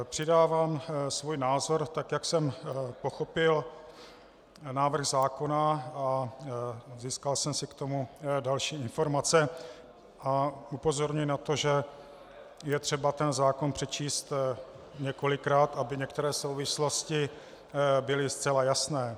Přidávám svůj názor, jak jsem pochopil návrh zákona, a získal jsem si k tomu další informace a upozorňuji na to, že je třeba zákon přečíst několikrát, aby některé souvislosti byly zcela jasné.